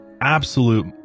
absolute